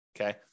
Okay